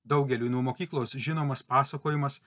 daugeliui nuo mokyklos žinomas pasakojimas